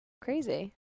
Crazy